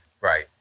Right